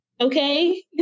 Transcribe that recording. Okay